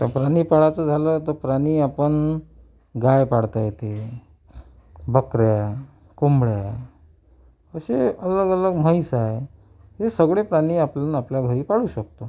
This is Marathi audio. तर प्राणी पाळायचं झालं तर प्राणी आपण गाय पाळता येते बकऱ्या कोंबडया असे अलगअलग म्हैस आहे हे सगळे प्राणी आपण आपल्या घरी पाळू शकतो